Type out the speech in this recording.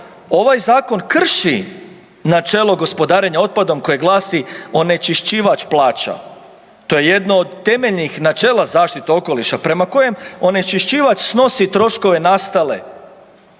ovaj Zakon krši načelo gospodarenja otpadom koje glasi onečišćivač plaća. To je jedno od temeljnih načela zaštite okoliša prema kojem onečišćivač snosi troškove nastale,